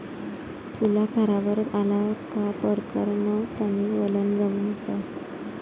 सोला खारावर आला का परकारं न पानी वलनं जमन का?